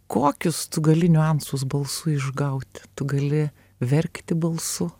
kokius tu gali niuansus balsu išgauti tu gali verkti balsu